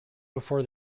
before